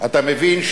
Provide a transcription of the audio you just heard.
אתה מבין,